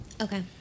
Okay